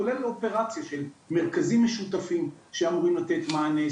כולל אופרציה של מרכזים משותפים שאמורים לתת מענה,